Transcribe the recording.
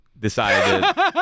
decided